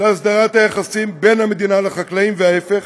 להסדרת היחסים בין המדינה לחקלאים וההפך,